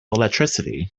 electricity